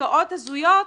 עסקאות הזויות.